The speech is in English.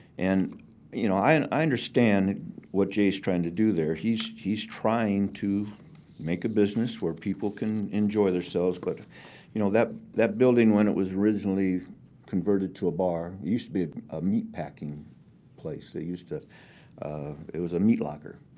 and you know i and i understand what jay's trying to do there. he's he's trying to make a business where people can enjoy themselves. but you know that that building, when it was originally converted to a bar used to be a meatpacking place. they used to it was a meat locker.